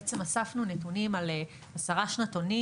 אספנו נתונים על עשרה שנתונים,